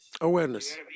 awareness